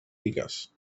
lligues